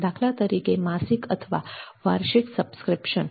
દાખલા તરીકે માસિક અથવા વાર્ષિક સબસ્ક્રિપ્શન